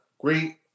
great